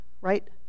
right